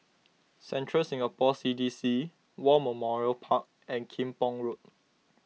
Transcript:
Central Singapore C D C War Memorial Park and Kim Pong Road